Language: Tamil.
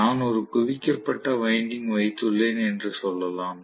நான் ஒரு குவிக்கப்பட்ட வைண்டிங் வைத்துள்ளேன் என்று சொல்லலாம்